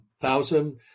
thousand